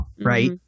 right